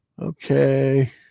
Okay